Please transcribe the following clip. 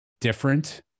different